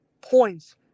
points